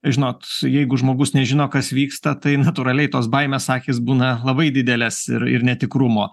žinot jeigu žmogus nežino kas vyksta tai natūraliai tos baimės akys būna labai didelės ir ir netikrumo